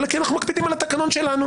אלא כי אנחנו מקפידים על התקנון שלנו.